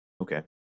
Okay